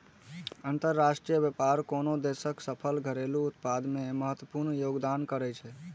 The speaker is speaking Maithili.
अंतरराष्ट्रीय व्यापार कोनो देशक सकल घरेलू उत्पाद मे महत्वपूर्ण योगदान करै छै